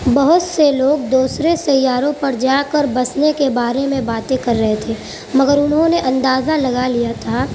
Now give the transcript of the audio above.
بہت سے لوگ دوسرے سیاروں پر جا کر بسنے کے بارے میں باتیں کر رہے تھے مگر انہوں نے اندازہ لگا لیا تھا